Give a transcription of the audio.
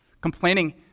Complaining